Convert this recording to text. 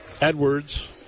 Edwards